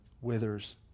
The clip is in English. withers